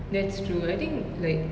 that's true I think like